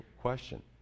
question